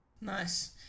Nice